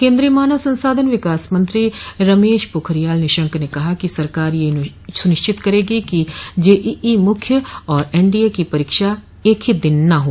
केन्द्रीय मानव संसाधन विकास मंत्री रमेश पोखरियाल निशंक ने कहा कि सरकार यह सुनिश्चित करेगी कि जेईई मुख्य और एनडीए की परीक्षा एक ही दिन न हो